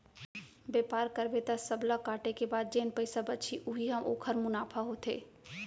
बेपार करबे त सब ल काटे के बाद जेन पइसा बचही उही ह ओखर मुनाफा होथे